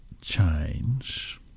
change